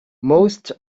most